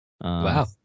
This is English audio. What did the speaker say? Wow